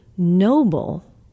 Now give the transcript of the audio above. noble